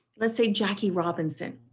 let's say jackie robinson.